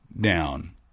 down